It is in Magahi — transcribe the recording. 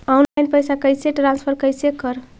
ऑनलाइन पैसा कैसे ट्रांसफर कैसे कर?